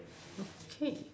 okay